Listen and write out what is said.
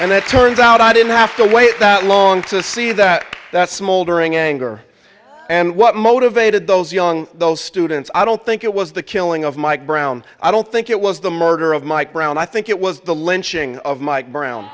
it turns out i didn't have to wait that long to see that that smoldering anger and what motivated those young those students i don't think it was the killing of mike brown i don't think it was the murder of mike brown i think it was the lynching of mike brown